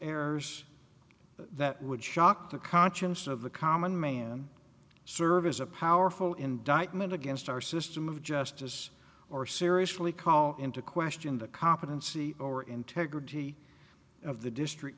errors that would shock the conscience of the common man service a powerful indictment against our system of justice or seriously call into question the competency or integrity of the district